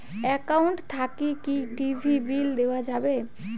Account থাকি কি TV bill দেওয়া যাবে?